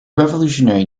revolutionary